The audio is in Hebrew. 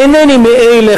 אינני מאלה,